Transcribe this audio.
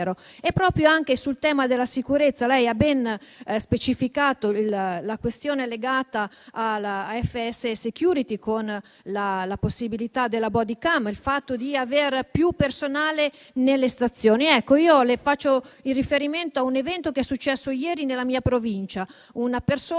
il suo Ministero. Sul tema della sicurezza lei ha ben specificato la questione legata alla FS security, con la possibilità della *bodycam* e il fatto di avere più personale nelle stazioni. Faccio riferimento a un evento accaduto ieri nella mia provincia: una persona